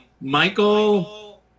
michael